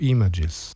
Images